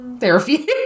therapy